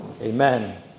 Amen